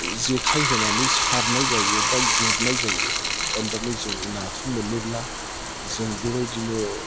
जेखाइ होनानै सारनाय जायो बा गुरनाय जायो होमब्लानो जों नाखौ मोनोब्ला जों बेबायदिनो